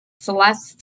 Celeste